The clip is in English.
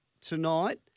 tonight